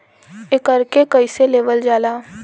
एकरके कईसे लेवल जाला?